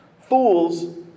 Fools